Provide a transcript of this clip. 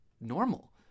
normal